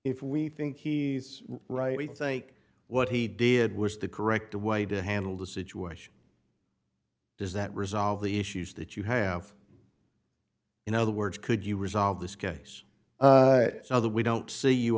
if we think he's right we think what he did was the correct way to handle the situation does that resolve the issues that you have in other words could you resolve this case so that we don't see you